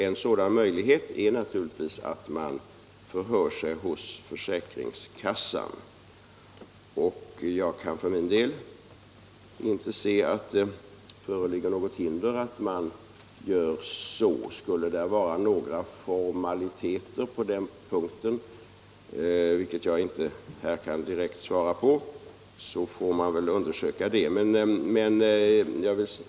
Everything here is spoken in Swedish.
En sådan möjlighet är naturligtvis att man förhör sig hos försäkringskassan. Jag kan för min del inte se att det föreligger något hinder för att göra det. Skulle där vara några formaliteter, vilket jag inte direkt kan svara på, får man väl undersöka det.